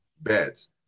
beds